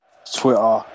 Twitter